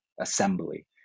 assembly